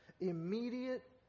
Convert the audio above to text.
Immediate